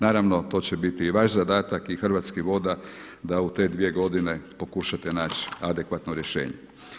Naravno to će biti i vaš zadatak i Hrvatskih voda da u te dvije godine pokušate nać adekvatno rješenje.